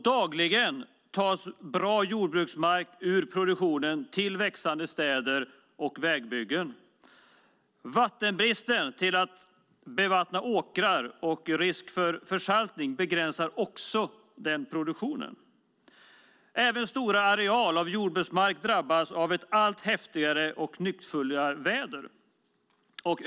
Dagligen tas bra jordbruksmark ur produktion till växande städer och vägbyggen. Brist på vatten för att bevattna åkrar och risk för försaltning begränsar också produktionen. Även stora arealer av jordbruksmark drabbas av ett allt häftigare och nyckfullare väder.